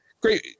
great